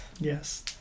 Yes